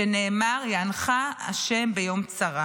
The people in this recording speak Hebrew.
שנאמר: "ַעַנְךָ השם ביום צרה".